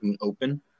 open